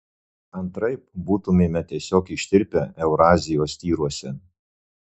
antraip būtumėme tiesiog ištirpę eurazijos tyruose